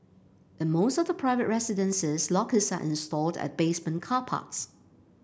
in most of the private residences lockers are installed at basement car parks